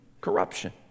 corruption